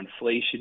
inflation